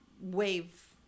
wave